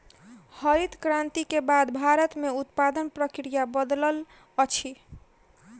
हरित क्रांति के बाद भारत में उत्पादन प्रक्रिया बदलल अछि